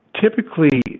Typically